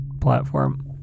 platform